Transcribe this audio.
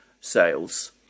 sales